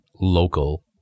local